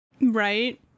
Right